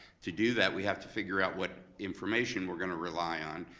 to do that, we have to figure out what information we're gonna rely on.